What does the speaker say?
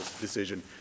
decision